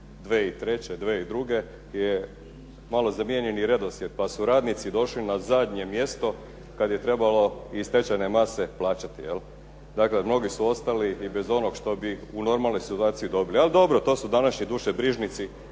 2003., 2002. je malo zamijenjen redoslijed, pa su radnici došli na zadnje mjesto kada je trebalo iz stečajne mase plaćati. Dakle mnogi su ostali i bez onoga što bi u normalnoj situaciji dobili. Ali dobro, to su današnji dušobrižnici